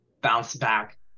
bounce-back